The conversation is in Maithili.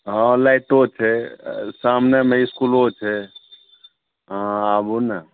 हँ लाइटो छै सामनेमे इसकुलोछै अहाँ आबू ने